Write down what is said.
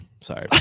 Sorry